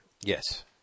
Yes